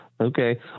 Okay